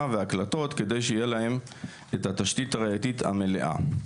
וההקלטות כדי שיהיה להם את התשתית הראייתית המלאה.